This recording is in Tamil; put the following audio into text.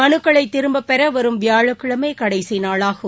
மனுக்களைத் திரும்பப் பெறவரும் வியாழக்கிழமைகடைசிநாளாகும்